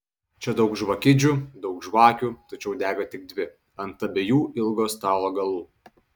čia daug žvakidžių daug žvakių tačiau dega tik dvi ant abiejų ilgo stalo galų